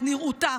את נראותה.